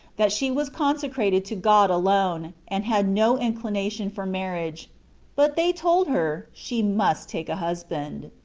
that she was consecrated to god alone, and had no inclination for marriage but they told her she must take a husband.